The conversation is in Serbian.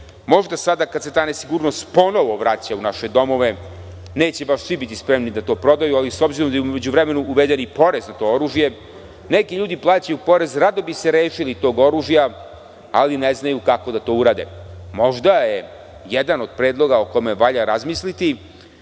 Možda sada kada se ta nesigurnost ponovo vraća u naše domove neće biti baš svi spremni da to prodaju, ali s obzirom da je u međuvremenu uveden i porez na to oružje, neki ljudi plaćaju porez, i rado bi se rešili tog oružja, ali ne znaju kako da to urade. Možda je jedan od predloga, o kome treba razmisliti,